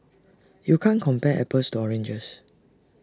you can't compare apples to oranges